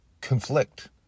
conflict